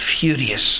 furious